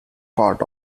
part